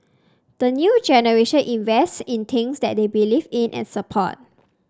the new generation invests in things that they believe in and support